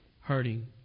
hurting